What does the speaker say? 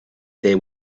there